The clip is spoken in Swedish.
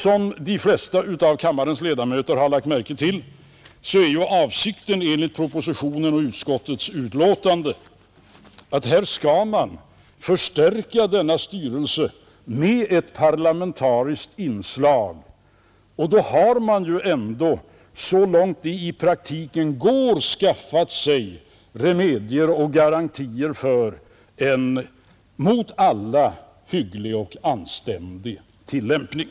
Som de flesta av kammarens ledamöter har lagt märke till är också avsikten, enligt propositonen och utskottets betänkande, att denna styrelse skall förstärkas med ett parlamentariskt inslag, och då har man ändå, så långt det i praktiken går, skaffat sig remedier och garantier för en mot alla hygglig och anständig tillämpning.